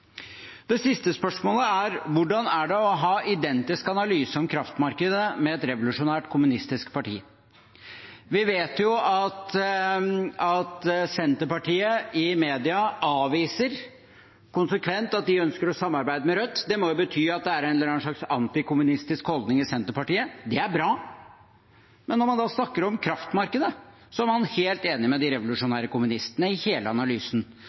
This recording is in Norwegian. Det siste spørsmålet er: Hvordan er det å ha identisk analyse om kraftmarkedet med et revolusjonært, kommunistisk parti? Vi vet jo at Senterpartiet i media konsekvent avviser at de ønsker å samarbeide med Rødt. Det må jo bety at det er en eller annen slags anti-kommunistisk holdning i Senterpartiet. Det er bra, men når man snakker om kraftmarkedet, er man helt enig med de revolusjonære kommunistene i hele analysen,